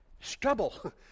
struggle